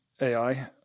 ai